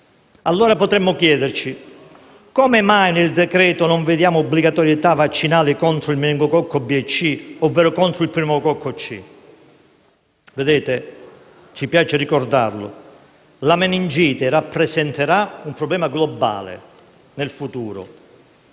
Allora potremmo chiederci: come mai nel decreto-legge non vediamo obbligatorietà vaccinale contro il meningococco B e C ovvero contro lo pneumococco C? Ci piace ricordare che la meningite rappresenterà un problema globale in futuro.